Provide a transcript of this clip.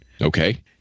Okay